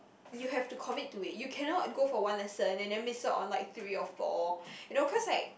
you have to commit to it you cannot go for one lesson then they miss out on like three or four you know cause like